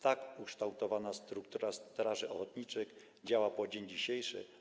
Tak ukształtowana struktura straży ochotniczych działa po dzień dzisiejszy.